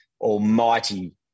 almighty